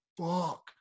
fuck